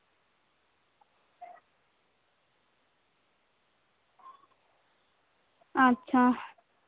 ᱟᱪᱪᱷᱟ